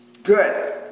Good